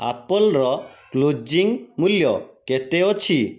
ଆପଲ୍ର closing ମୂଲ୍ୟ କେତେ ଅଛି